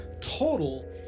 total